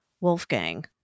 wolfgang